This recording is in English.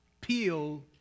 peel